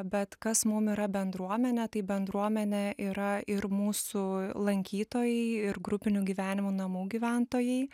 bet kas mums yra bendruomenė tai bendruomenė yra ir mūsų lankytojai ir grupinio gyvenimo namų gyventojai